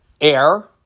air